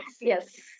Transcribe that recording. yes